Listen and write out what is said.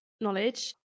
knowledge